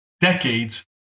decades